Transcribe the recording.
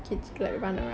mm so like